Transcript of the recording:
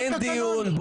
אין דיון.